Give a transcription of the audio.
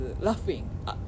laughing